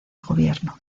gobierno